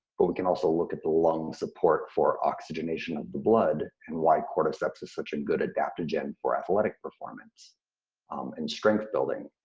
but we can also look at the lung support for oxygenation of the blood, and why cordyceps is such a and good adaptogen for athletic performance and strength building,